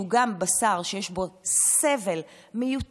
שהוא גם בשר שיש בו סבל מיותר,